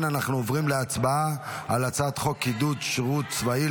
אנחנו עוברים להצבעה על הצעת חוק עידוד שירות צבאי,